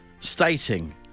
stating